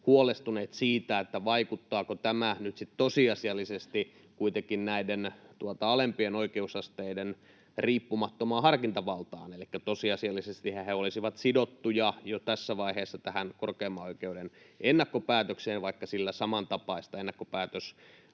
huolestuneet siitä, vaikuttaako tämä nyt sitten tosiasiallisesti kuitenkin näiden alempien oikeusasteiden riippumattomaan harkintavaltaan. Elikkä tosiasiallisestihan he olisivat sidottuja jo tässä vaiheessa tähän korkeimman oikeuden ennakkopäätökseen, vaikka sillä samantapaista ennakkopäätösstatusta